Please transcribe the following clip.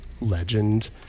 legend